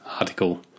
article